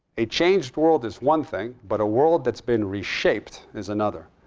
a changed world is one thing, but a world that's been reshaped is another.